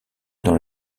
dans